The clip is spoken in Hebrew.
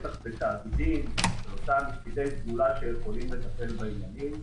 בטח בתאגידים של אותם יחידי סגולה שיכולים לטפל בעניינים.